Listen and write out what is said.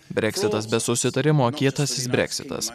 breksitas be susitarimo kietasis breksitas